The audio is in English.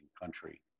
country